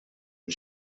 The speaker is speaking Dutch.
een